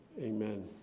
Amen